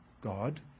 God